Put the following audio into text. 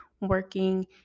working